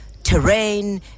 terrain